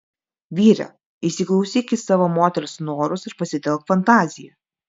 vyre įsiklausyk į savo moters norus ir pasitelk fantaziją